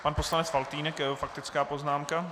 Pan poslanec Faltýnek a jeho faktická poznámka.